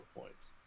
points